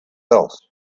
health